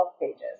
pages